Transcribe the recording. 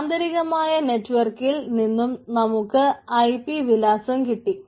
അന്തരീകമായ നെറ്റുവർക്കിൽ നിന്നും നമുക്ക് ഐപി വിലാസം കിട്ടി